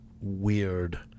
weird